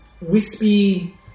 wispy